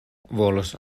volos